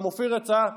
גם אופיר יצא,